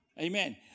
Amen